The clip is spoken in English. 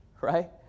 right